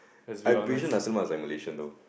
I'm pretty sure nasi-lemak is like Malaysian though